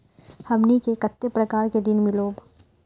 हमनी के कते प्रकार के ऋण मीलोब?